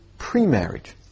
pre-marriage